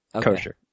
kosher